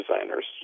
designers